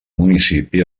municipi